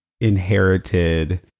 inherited